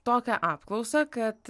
tokią apklausą kad